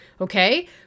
okay